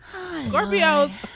Scorpios